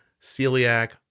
celiac